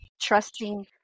trusting